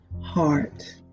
heart